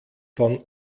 von